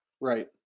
Right